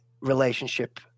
relationship